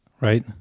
right